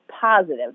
positive